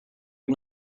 big